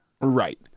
Right